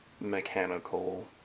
mechanical